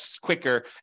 quicker